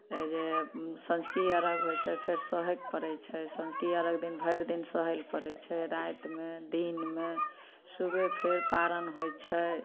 जे साँझकी अरघ होइत छै फेर सहैके पड़ैत छै साँझकि अरघ दिन भरि दिन सहै लऽ पड़ैत छै रातिमे दिनमे सुबह फेर पारण होइत छै